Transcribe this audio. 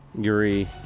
Yuri